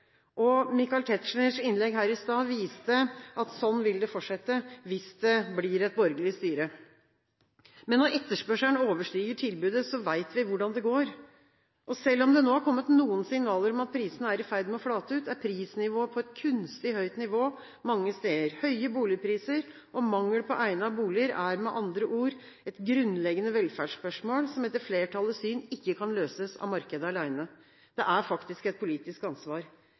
lite. Michael Tetzschners innlegg her i stad viste at sånn vil det fortsette hvis det blir et borgerlig styre. Men når etterspørselen overstiger tilbudet, vet vi hvordan det går. Selv om det har kommet noen signaler om at prisene er i ferd med å flate ut, er prisnivået på et kunstig høyt nivå mange steder. Høye boligpriser og mangel på egnede boliger er med andre ord et grunnleggende velferdsspørsmål som etter flertallets syn ikke kan løses av markedet alene – det er et politisk ansvar.